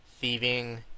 thieving